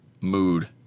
mood